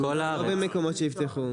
לא בכל הארץ, רק במקומות שיפתחו.